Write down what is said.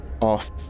off